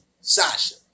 Sasha